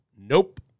nope